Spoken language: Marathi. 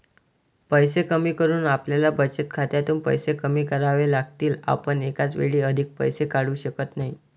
पैसे कमी करून आपल्याला बचत खात्यातून पैसे कमी करावे लागतील, आपण एकाच वेळी अधिक पैसे काढू शकत नाही